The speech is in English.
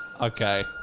okay